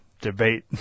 debate